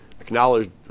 Acknowledged